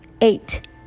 eight